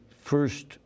first